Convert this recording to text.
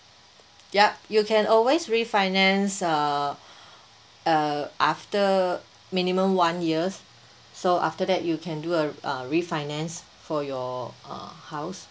yup you can always refinance uh uh after minimum one years so after that you can do a uh refinance for your uh house